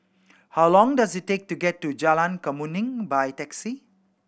how long does it take to get to Jalan Kemuning by taxi